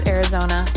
Arizona